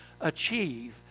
achieve